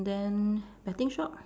then betting shop